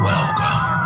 Welcome